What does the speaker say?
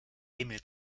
emil